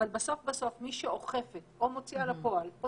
אבל בסוף בסוף מי שאוכפת או מוציאה לפועל או